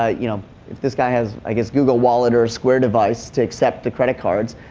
ah you know if this guy has, i guess, google wallet or a square device to accept the credit cards,